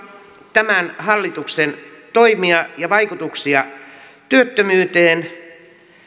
tämän hallituksen toimia ja vaikutuksia työttömyyteen